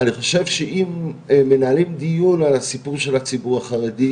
אני חושב שאם מנהלים דיון על הסיפור של הציבור החרדי,